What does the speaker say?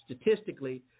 Statistically